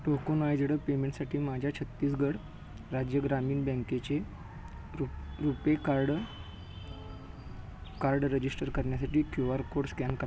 tokenised पेमेंटसाठी माझ्या छत्तीसगड राज्य ग्रामीण बँकेचे रु रुपे कार्ड कार्ड रजिश्टर करण्यासाठी क्यू आर कोड स्कॅन करा